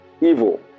evil